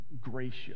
gracious